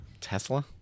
Tesla